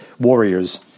warriors